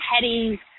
petty